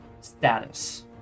status